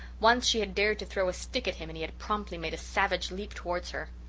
once she had dared to throw a stick at him and he had promptly made a savage leap towards her.